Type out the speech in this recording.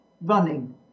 running